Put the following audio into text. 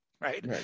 right